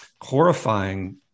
horrifying